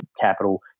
capital